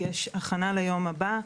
יש הכנה ליום הבא.